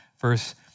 Verse